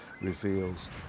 reveals